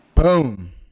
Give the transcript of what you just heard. boom